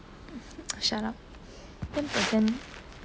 shut up ten percent